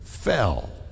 fell